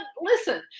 listen